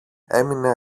έμεινε